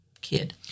kid